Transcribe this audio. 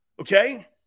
Okay